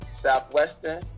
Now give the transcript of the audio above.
Southwestern